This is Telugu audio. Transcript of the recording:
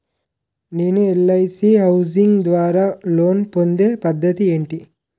నేను ఎల్.ఐ.సి హౌసింగ్ ద్వారా లోన్ పొందే పద్ధతి ఏంటి?